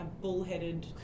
bullheaded